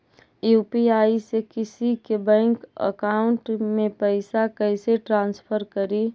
UPI से किसी के बैंक अकाउंट में पैसा कैसे ट्रांसफर करी?